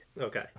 Okay